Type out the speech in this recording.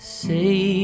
say